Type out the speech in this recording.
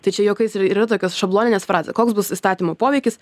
tai čia juokais ir yra tokios šabloninės frazės koks bus įstatymo poveikis